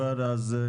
אז כן.